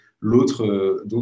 l'autre